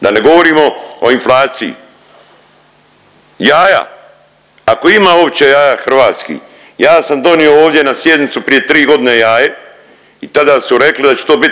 da ne govorimo o inflaciji. Jaja, ako ima uopće jaja hrvatskih. Ja sam donio ovdje na sjednicu prije 3 godine jaje i tada su rekli da će to biti